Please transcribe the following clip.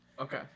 okay